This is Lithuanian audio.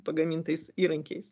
pagamintais įrankiais